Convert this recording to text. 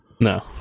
No